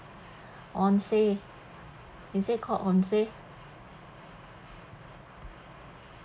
onsen is it called onsen